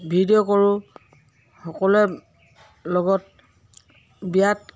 video কৰোঁ সকলোৱে লগত বিয়াত